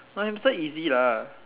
I this one easy lah